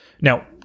Now